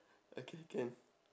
okay can